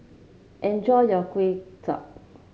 enjoy your kueh chai